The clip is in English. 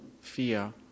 fear